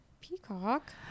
Peacock